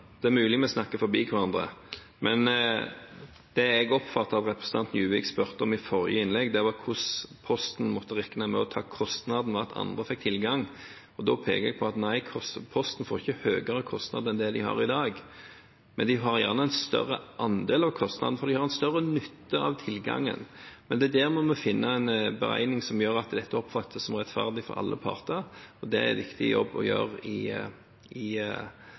Det er mulig vi snakker forbi hverandre, men det jeg oppfattet at representanten Juvik spurte om i forrige innlegg, var hvordan Posten måtte regne med å ta kostnaden ved at andre fikk tilgang, og da pekte jeg på at Posten ikke får høyere kostnad enn de har i dag. Men de har gjerne en større andel av kostnaden, fordi de har en større nytte av tilgangen. Men vi må finne en beregning som gjør at dette oppfattes som rettferdig for alle parter. Det er en viktig jobb å gjøre i